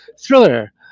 thriller